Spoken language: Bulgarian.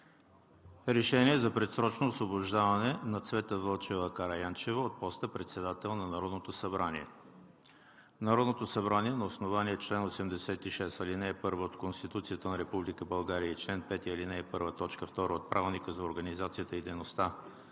РЕШЕНИЕ за предсрочно освобождаване на Цвета Вълчева Караянчева от поста председател на Народното събрание Народното събрание на основание чл. 86, ал. 1 от Конституцията на Република България и чл. 5, ал. 1, т. 2 от Правилника за организацията и дейността